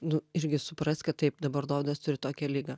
nu irgi suprast kad taip dabar dovydas turi tokią ligą